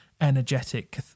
energetic